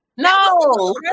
No